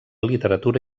literatura